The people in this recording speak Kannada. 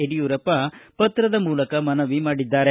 ಯಡಿಯೂರಪ್ಪ ಪತ್ರದ ಮೂಲಕ ಮನವಿ ಮಾಡಿದ್ದಾರೆ